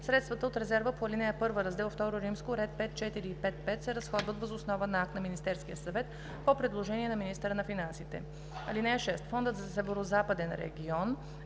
Средствата от резерва по ал. 1, раздел ІІ, ред 5.4. и 5.5. се разходват въз основа на акт на Министерския съвет по предложение на министъра на финансите. (6) Фондът за Северозападен регион